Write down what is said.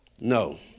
No